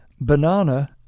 banana